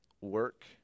work